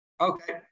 Okay